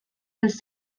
els